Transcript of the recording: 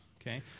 okay